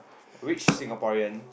which Singaporean